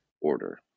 order